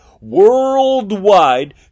worldwide